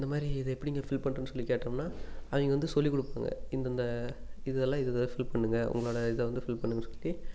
இந்த மாதிரி இதை எப்படிங்க ஃபில் பண்ணுறதுனு சொல்லி கேட்டோம்னா அவங்க வந்து சொல்லி கொடுப்பாங்க இந்த இந்த இதெல்லாம் இதில் ஃபில் பண்ணுங்க உங்களோட இதை வந்து ஃபில் பண்ணுங்கனு சொல்லி